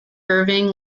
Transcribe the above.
irving